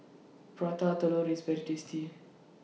Prata Telur IS very tasty